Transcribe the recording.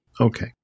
Okay